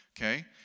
okay